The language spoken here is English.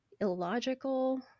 illogical